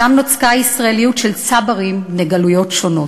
שם נוצקה ישראליות של צברים בני גלויות שונות.